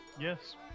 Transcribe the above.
Yes